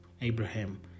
Abraham